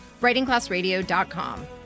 writingclassradio.com